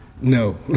No